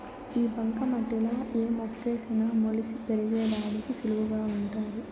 ఈ బంక మట్టిలా ఏ మొక్కేసిన మొలిసి పెరిగేదానికి సులువుగా వుంటాది